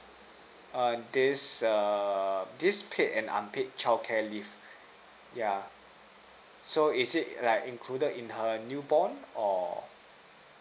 err this err this paid and unpaid childcare leave yeah so is it like included in her newborn or